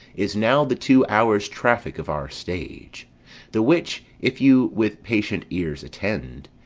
is now the two hours' traffic of our stage the which if you with patient ears attend,